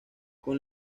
con